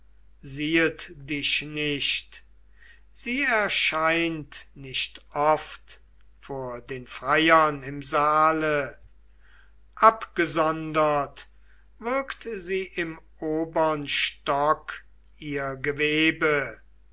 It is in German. siehet dich nicht sie erscheint nicht oft vor den freiern im saale abgesondert wirkt sie im obern stock ihr gewebe